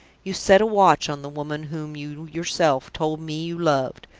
you set a watch on the woman whom you yourself told me you loved,